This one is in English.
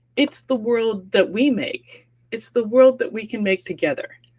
it's the world that we make it's the world that we can make together.